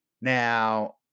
Now